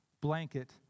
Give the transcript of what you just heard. blanket